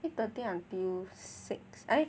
eight thirty until six eh